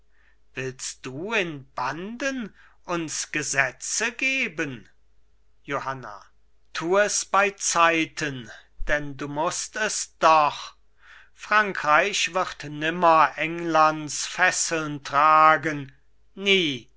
willst du in banden uns gesetze geben johanna tu es bei zeiten denn du mußt es doch frankreich wird nimmer englands fesseln tragen nie